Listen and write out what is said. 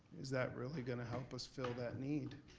is that really gonna help us fill that need?